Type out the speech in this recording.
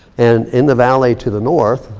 and in the valley to the north,